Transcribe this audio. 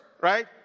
right